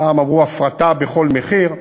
פעם אמרו: הפרטה בכל מחיר.